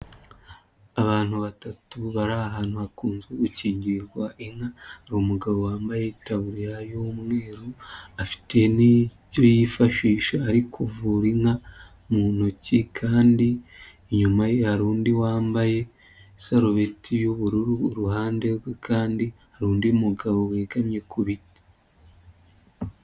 Abantu batatu bari ahantu hakunze gukingirwa inka hari umugabo wambaye taburiya y'umweru afite nibyoyifashisha ari kuvura inka mu ntoki kandi inyuma ye hari undi wambaye isarubeti y'ubururu iruhande rwe kandi hari undi mugabo wegamye kuti.